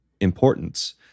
importance